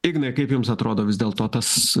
ignai kaip jums atrodo vis dėl to tas